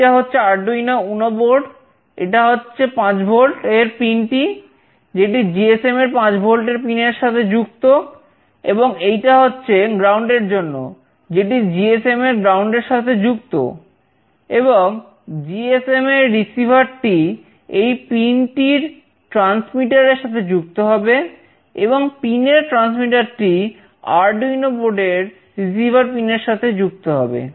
এইটা হচ্ছে Arduino Uno pin এর সাথে যুক্ত হবে